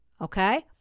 Okay